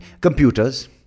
computers